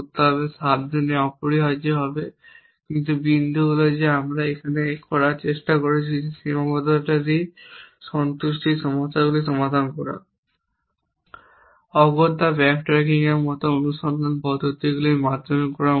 সাবধানে অপরিহার্যভাবে কিন্তু বিন্দু হল যে আমরা এখানে করার চেষ্টা করছি যে সীমাবদ্ধতা সন্তুষ্টির সমস্যাগুলি সমাধান করা অগত্যা ব্যাকট্র্যাকিংয়ের মতো অনুসন্ধান পদ্ধতির মাধ্যমে করা উচিত নয়